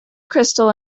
crystal